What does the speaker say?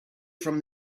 from